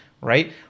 right